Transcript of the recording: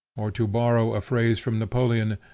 or, to borrow a phrase from napoleon,